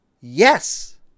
Yes